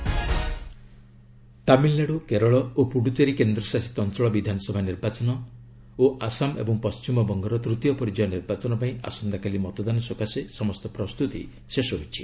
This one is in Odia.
ଇଲେକସନ୍ ତାମିଲନାଡୁ କେରଳ ଓ ପୁଡୁଚେରୀ କେନ୍ଦ୍ରଶାସିତ ଅଞ୍ଚଳ ବିଧାନସଭା ନିର୍ବାଚନ ଓ ଆସାମ ଏବଂ ପଶ୍ଚିମବଙ୍ଗର ତୃତୀୟ ପର୍ଯ୍ୟାୟ ନିର୍ବାଚନ ପାଇଁ ଆସନ୍ତାକାଲି ମତଦାନ ସକାଶେ ସମସ୍ତ ପ୍ରସ୍ତୁତି ଶେଷ ହୋଇଛି